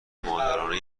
مادرانه